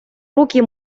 руки